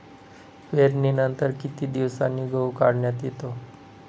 पेरणीनंतर किती दिवसांनी गहू काढण्यात येतो?